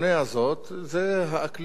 הבין-לאומי ואולי הבחירות האמריקניות,